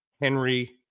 Henry